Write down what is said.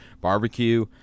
barbecue